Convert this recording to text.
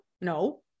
No